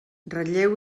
ratlleu